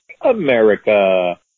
America